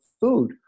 food